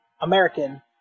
American